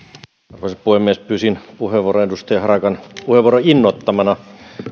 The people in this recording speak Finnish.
arvoisa puhemies pyysin puheenvuoron edustaja harakan puheenvuoron innoittamana